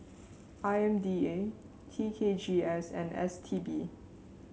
I M D A T K G S and S T B